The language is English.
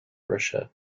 russia